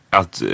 att